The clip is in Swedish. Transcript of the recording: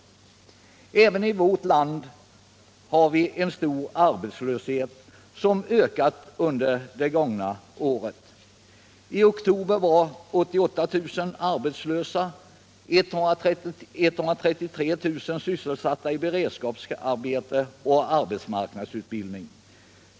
Även i vårt land har vi en stor arbetslöshet, som ökat under det gångna året. I oktober var 88 000 arbetslösa och 133 000 sysselsatta i beredskapsarbete och arbetsmarknadsutbildning.